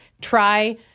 Try